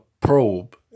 probe